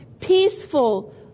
peaceful